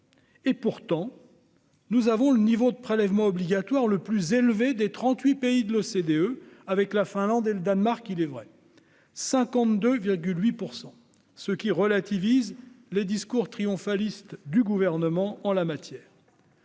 % du PIB, nous avons le niveau de prélèvements obligatoires le plus élevé des 38 pays de l'OCDE -en compagnie de la Finlande et du Danemark, il est vrai. Cela porte à relativiser le discours triomphaliste du Gouvernement en la matière.